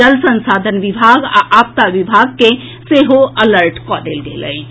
जल संसाधन विभाग आ आपदा विभाग के सेहो अलर्ट कऽ देल गेल अछि